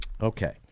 Okay